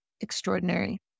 extraordinary